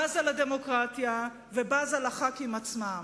בזה לדמוקרטיה ובזה לחברי הכנסת עצמם.